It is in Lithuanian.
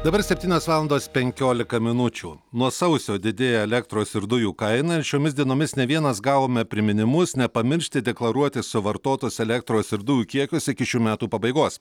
dabar septynios valandos penkiolika minučių nuo sausio didėja elektros ir dujų kaina ir šiomis dienomis ne vienas gavome priminimus nepamiršti deklaruoti suvartotos elektros ir dujų kiekius iki šių metų pabaigos